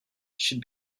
should